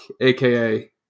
aka